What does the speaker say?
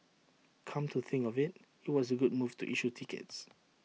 come to think of IT it was A good move to issue tickets